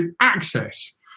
access